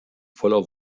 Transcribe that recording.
voller